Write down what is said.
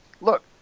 Look